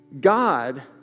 God